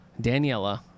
Daniela